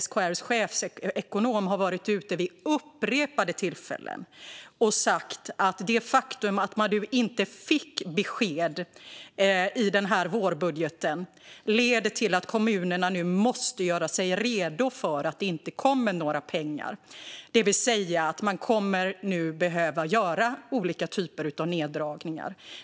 SKR:s chefsekonom har varit ute vid upprepade tillfällen och sagt att det faktum att de inte fick något besked i vårbudgeten leder till att kommunerna nu måste göra sig redo för att det inte kommer några pengar. De kommer nu alltså att behöva göra olika typer av neddragningar.